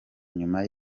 nyuma